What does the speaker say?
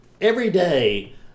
everyday